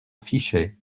fichais